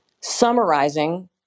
summarizing